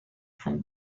from